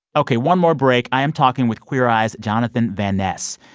ok. one more break. i am talking with queer eye's jonathan van ness.